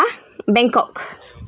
ah bangkok